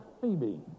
Phoebe